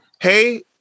hey